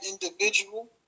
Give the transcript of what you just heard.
individual